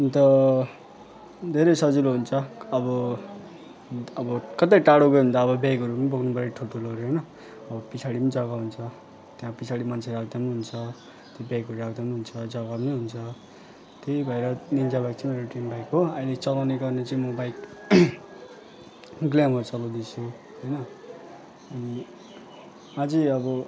अन्त धेरै सजिलो हुन्छ अब अन्त अब कतै टाढो गयो भने त अब ब्यागहरू नि बोक्नुपर्यो ठुल्ठुलोहरू होइन अब पछाडि नि जग्गा हुन्छ त्यहाँ पछाडि मान्छे राख्दा नि हुन्छ त्यो ब्यागहरू राख्दा नि हुन्छ जग्गा नि हुन्छ त्यही भएर निन्जा बाइक चाहिँ मेरो ड्रिम बाइक हो अहिले चलाउने गर्ने चाहिँ म बाइक ग्लेमर चलाउँदैछु होइन अनि अझै अब